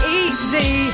easy